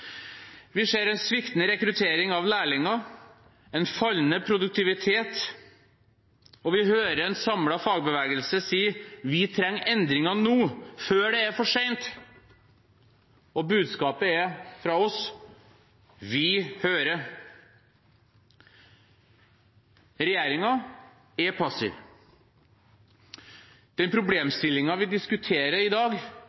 Vi ser en sviktende rekruttering av lærlinger og en fallende produktivitet, og vi hører en samlet fagbevegelse si: Vi trenger endringer nå, før det er for sent. Og budskapet fra oss er: Vi hører. Regjeringen er passiv. Den